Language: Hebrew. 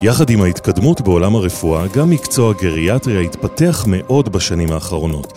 יחד עם ההתקדמות בעולם הרפואה, גם מקצוע הגריאטריה התפתח מאוד בשנים האחרונות.